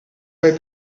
fai